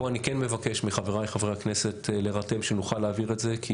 פה אני כן מבקש מחבריי חברי הכנסת להירתם שנוכל להעביר את זה כי